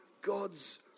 God's